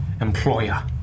employer